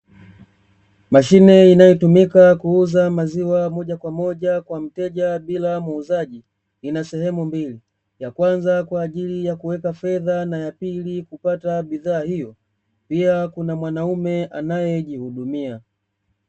Mashine inayotumika kuuza maziwa moja kwa moja kwa mteja bila muuzaji ina sehemu mbili ya kwanza kwaajili ya kuweka fedha na ya pili kupata bidhaa hiyo pia kuna mwanaume anae jihudumia.